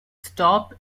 stop